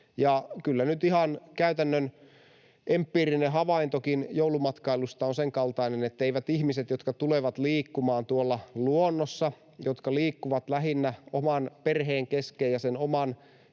Kyllä nyt ihan käytännön empiirinen havaintokin joulumatkailusta on senkaltainen, etteivät ne ihmiset, jotka tulevat liikkumaan luonnossa, jotka liikkuvat lähinnä oman perheen kesken ja sen oman